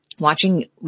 Watching